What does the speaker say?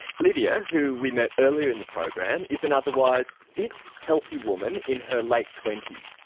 lydija, who we met earlier in the program, is an otherwise fit, healthy woman in her late twenty s.